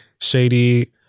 shady